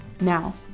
Now